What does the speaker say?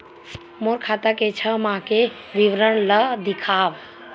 मोर खाता के छः माह के विवरण ल दिखाव?